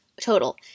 total